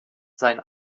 sein